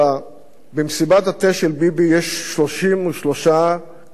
במסיבת התה של ביבי יש 33 קלפי משחק,